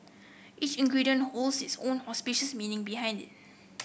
each ingredient holds its own auspicious meaning behind it